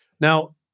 Now